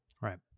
Right